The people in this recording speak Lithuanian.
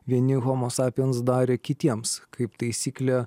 vieni homo sapiens darė kitiems kaip taisyklė